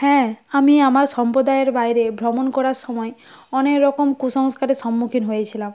হ্যাঁ আমি আমার সম্প্রদায়ের বাইরে ভ্রমণ করার সময় অনেকরকম কুসংস্কারের সম্মুখীন হয়েছিলাম